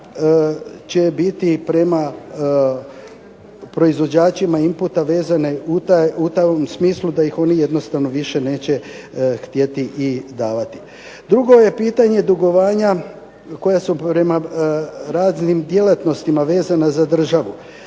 će biti prema proizvođačima inputa vezane u tom smislu da ih oni jednostavno više neće htjeti i davati. Drugo je pitanje dugovanja koja su prema raznim djelatnostima vezana za državu.